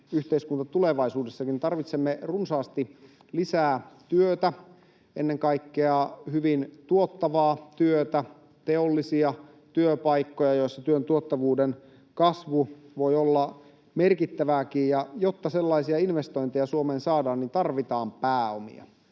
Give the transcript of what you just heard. tulevaisuudessakin, tarvitsemme runsaasti lisää työtä, ennen kaikkea hyvin tuottavaa työtä, teollisia työpaikkoja, joissa työn tuottavuuden kasvu voi olla merkittävääkin, ja jotta sellaisia investointeja Suomeen saadaan, tarvitaan pääomia.